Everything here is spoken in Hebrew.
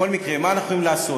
בכל מקרה, מה אנחנו יכולים לעשות?